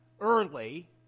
early